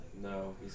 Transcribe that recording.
No